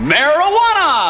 Marijuana